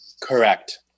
Correct